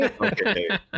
Okay